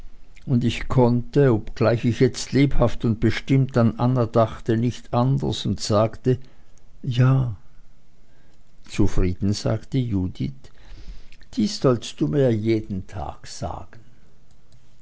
und ich konnte obgleich ich jetzt lebhaft und bestimmt an anna dachte nicht anders und sagte ja zufrieden sagte judith dies sollst du mir jeden tag sagen